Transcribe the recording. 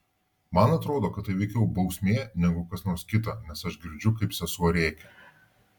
man atrodo kad tai veikiau bausmė negu kas nors kita nes aš girdžiu kaip sesuo rėkia